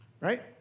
Right